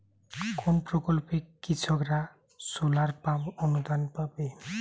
কোন প্রকল্পে কৃষকরা সোলার পাম্প অনুদান পাবে?